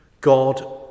God